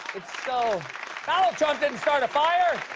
so donald trump didn't start a fire!